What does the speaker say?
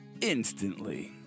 instantly